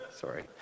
sorry